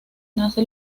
nace